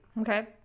Okay